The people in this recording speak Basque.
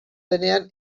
denean